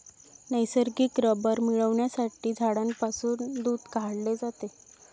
नैसर्गिक रबर मिळविण्यासाठी झाडांपासून दूध काढले जाते